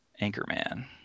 Anchorman